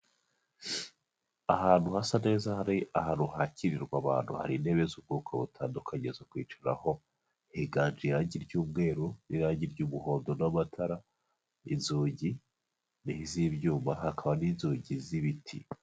Ahantu hasa neza hari ahantu hakirirwa abantu, hari intebe z'ubwoko butandukanye zo kwicaraho, higanje irangi ry'umweru n'irangi ry'umuhondo n'amatara, inzugi n'iz'ibyuma, hakaba n'inzugi z'ibiti.